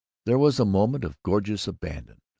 there was a moment of gorgeous abandon,